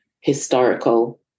historical